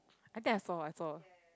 I think I saw I saw